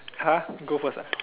!huh! go first ah